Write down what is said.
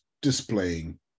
displaying